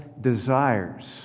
desires